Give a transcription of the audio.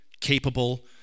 capable